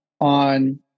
on